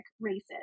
races